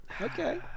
Okay